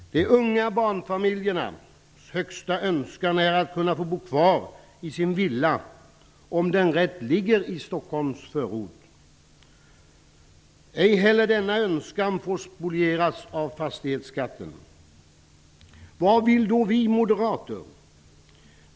De unga barnfamiljernas högsta önskan är att kunna få bo kvar i sin villa, om den så ligger i en Stockholmsförort. Ej heller denna önskan får spolieras av fastighetsskatten. Vad vill då vi moderater?